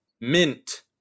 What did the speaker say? Mint